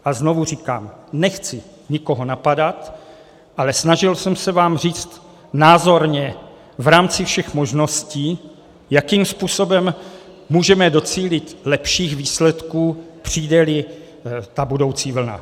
A znovu říkám, nechci nikoho napadat, ale snažil jsem se vám říct názorně v rámci všech možností, jakým způsobem můžeme docílit lepších výsledků, přijdeli ta budoucí vlna.